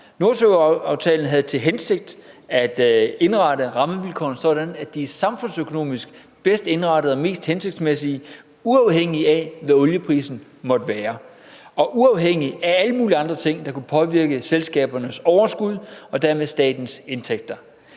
Nordsøaftalen havde til formål at indrette rammevilkårene sådan, at de er indrettet samfundsøkonomisk bedst og mest hensigtsmæssigt, uafhængigt af hvad olieprisen måtte være, og uafhængigt af alle mulige andre ting, der kunne påvirke selskabernes overskud og dermed statens indtægter.